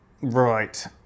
Right